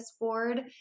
board